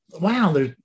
wow